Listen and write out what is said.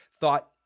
thought